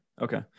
okay